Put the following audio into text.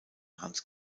hans